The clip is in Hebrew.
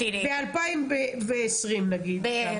ב-2020 כמה?